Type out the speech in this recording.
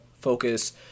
focus